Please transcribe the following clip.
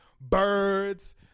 birds